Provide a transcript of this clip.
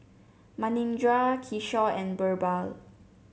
Manindra Kishore and BirbaL